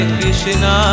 Krishna